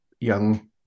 young